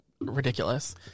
ridiculous